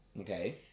Okay